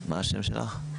מה השם שלך?